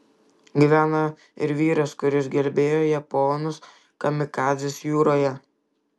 gyveno ir vyras kuris gelbėjo japonus kamikadzes jūroje